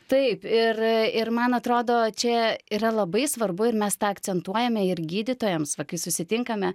taip ir ir man atrodo čia yra labai svarbu ir mes tą akcentuojame ir gydytojams va kai susitinkame